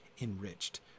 enriched